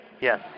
Yes